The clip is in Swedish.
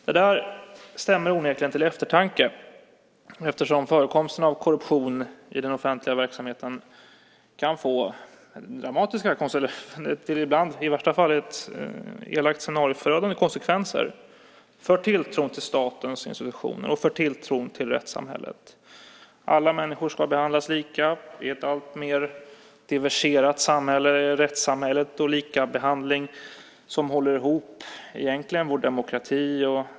Det stämmer onekligen till eftertanke eftersom förekomsten av korruption i den offentliga verksamheten kan få dramatiska, i värsta fall förödande, konsekvenser för tilltron till statens institutioner och för tilltron till rättssamhället. Alla människor ska behandlas lika i ett alltmer diversifierat samhälle, i ett rättssamhälle med likabehandling som håller ihop vår demokrati.